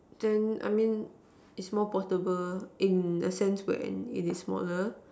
then I mean it's more portable in a sense where in it is smaller